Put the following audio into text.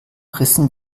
rissen